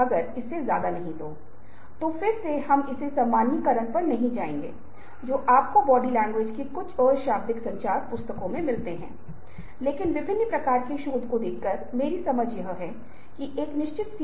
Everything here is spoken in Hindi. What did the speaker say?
अब इसका मज़ेदार हिस्सा या इसका दिलचस्प हिस्सा यह है कि जहाँ जानकारी कम है और जहाँ जानकारी विश्वसनीय है वहाँ इसके द्वारा राजी होने की अधिक संभावना है